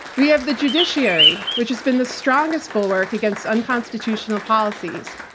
we have the judiciary, which has been the strongest bulwark against unconstitutional policies.